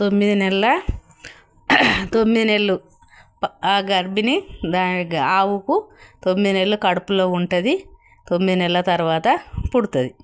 తొమ్మిది నెలల తొమ్మిది నెలలు ఆ గర్బిని దా ఆవుకు తొమ్మిది నెలలు కడుపులో ఉంటుంది తొమ్మిది నెలల తర్వాత పుడుతుంది